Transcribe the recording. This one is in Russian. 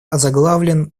озаглавлен